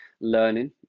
learning